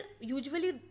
usually